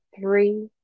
three